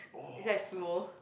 is like sumo